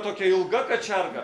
tokia ilga kačiarga